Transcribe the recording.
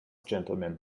gentlemen